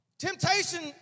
temptation